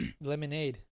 Lemonade